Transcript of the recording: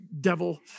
devil